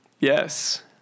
Yes